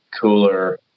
cooler